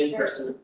person